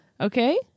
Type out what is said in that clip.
Okay